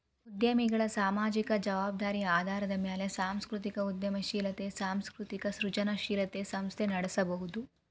ಉದ್ಯಮಿಗಳ ಸಾಮಾಜಿಕ ಜವಾಬ್ದಾರಿ ಆಧಾರದ ಮ್ಯಾಲೆ ಸಾಂಸ್ಕೃತಿಕ ಉದ್ಯಮಶೇಲತೆ ಸಾಂಸ್ಕೃತಿಕ ಸೃಜನಶೇಲ ಸಂಸ್ಥೆನ ನಡಸಬೋದು